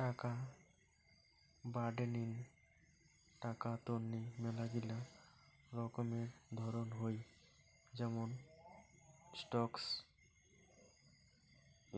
টাকা বাডেঙ্নি টাকা তন্নি মেলাগিলা রকমের ধরণ হই যেমন স্টকস,